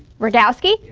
radowsky.